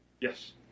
Yes